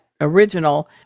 original